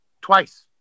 twice